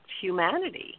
humanity